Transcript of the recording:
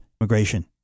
migration